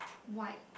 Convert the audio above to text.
white